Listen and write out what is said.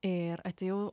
ir atėjau